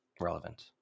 relevant